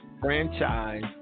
franchise